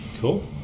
Cool